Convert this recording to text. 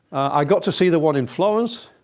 i got to see the one in florence.